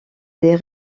des